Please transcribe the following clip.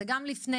זה גם לפני,